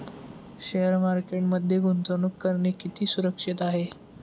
Share मार्केटमध्ये गुंतवणूक करणे किती सुरक्षित आहे?